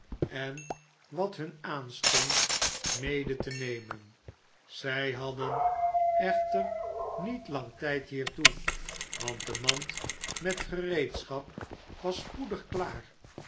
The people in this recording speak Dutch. en wat hun aanstond mede te nemen zij hadden echter niet lang tijd hiertoe want de mand met gereedschap was spoedig klaar